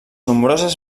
nombroses